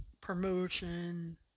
promotion